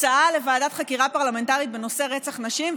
הצעה לוועדת חקירה פרלמנטרית בנושא רצח נשים,